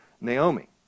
Naomi